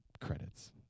credits